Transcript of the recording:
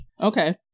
okay